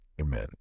amen